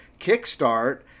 kickstart